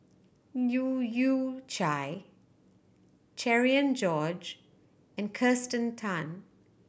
Leu Yew Chye Cherian George and Kirsten Tan